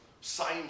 sign